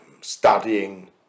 studying